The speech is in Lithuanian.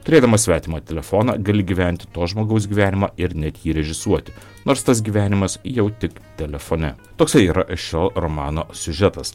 turėdamas svetimą telefoną gali gyventi to žmogaus gyvenimą ir net jį režisuoti nors tas gyvenimas jau tik telefone toksai yra šio romano siužetas